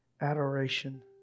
adoration